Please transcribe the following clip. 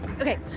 Okay